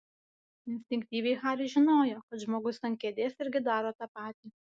instinktyviai haris žinojo kad žmogus ant kėdės irgi daro tą patį